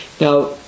Now